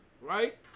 right